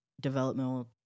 developmental